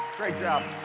great job,